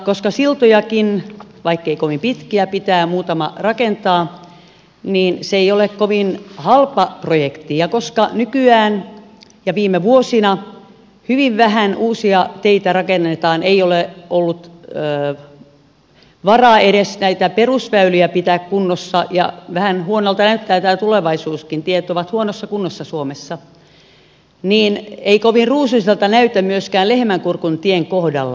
koska siltojakin vaikkei kovin pitkiä pitää muutama rakentaa niin se ei ole kovin halpa projekti ja koska nykyään ja viime vuosina on hyvin vähän uusia teitä rakennettu ei ole ollut varaa edes näitä perusväyliä pitää kunnossa ja vähän huonolta näyttää tämä tulevaisuuskin tiet ovat huonossa kunnossa suomessa niin ei kovin ruusuiselta näytä myöskään lehmänkurkuntien kohdalla